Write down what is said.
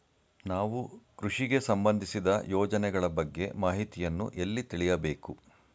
ನಾವು ಕೃಷಿಗೆ ಸಂಬಂದಿಸಿದ ಯೋಜನೆಗಳ ಬಗ್ಗೆ ಮಾಹಿತಿಯನ್ನು ಎಲ್ಲಿ ತಿಳಿಯಬೇಕು?